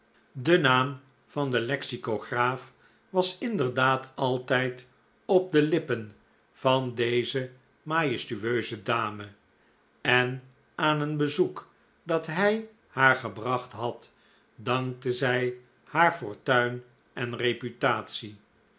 de naam van den lexicograaf was inderdaad altijd op de lippen van deze majestueuze dame en aan een bezoek dat hij haar gebracht had dankte zij haar fortuin en reputatie